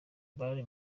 bale